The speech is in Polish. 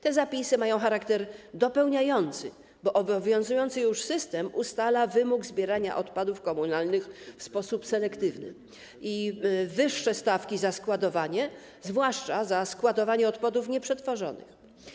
Te zapisy mają charakter dopełniający, bo obowiązujący już system ustala wymóg zbierania odpadów komunalnych w sposób selektywny i wyższe stawki za składowanie, zwłaszcza za składowanie odpadów nieprzetworzonych.